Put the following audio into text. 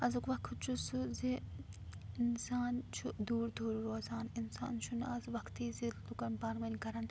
اَزیٛک وقت چھُ سُہ زِ اِنسان چھُ دوٗر دوٗر روزان اِنسان چھُنہٕ آز وقتی زِ لوٗکَن پانہٕ وٲنۍ کَران